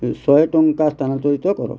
ଶହେ ଟଙ୍କା ସ୍ଥାନାନ୍ତରିତ କର